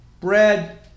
bread